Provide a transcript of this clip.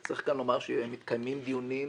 צריך כאן לומר שמתקיימים דיונים